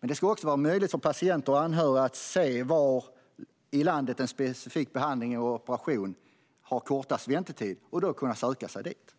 Men det ska också vara möjligt för patienter och anhöriga att se var i landet en specifik behandling eller operation har kortast väntetid och då kunna söka sig dit.